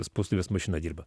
spaustuvės mašina dirba